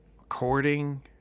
according